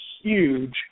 huge